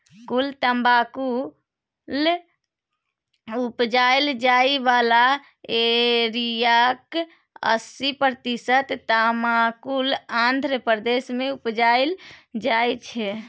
कुल तमाकुल उपजाएल जाइ बला एरियाक अस्सी प्रतिशत तमाकुल आंध्र प्रदेश मे उपजाएल जाइ छै